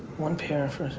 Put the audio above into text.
one pair for,